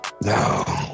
No